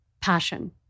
passion